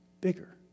bigger